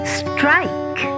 strike